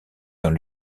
dans